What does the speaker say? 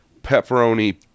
pepperoni